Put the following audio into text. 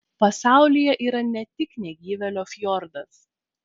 pasaulyje yra ne tik negyvėlio fjordas